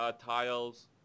tiles